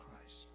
Christ